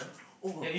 oh